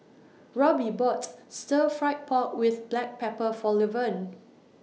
Roby bought Stir Fry Pork with Black Pepper For Levern